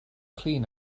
clean